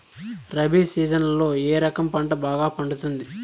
రబి సీజన్లలో ఏ రకం పంట బాగా పండుతుంది